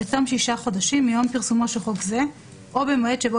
בתום שישה חודשים מיום פרסומו של חוק זה או במועד שבו